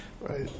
right